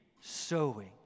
sowing